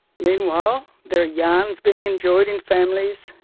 meanwhile there are yarns being enjoyed in families,